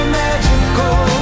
magical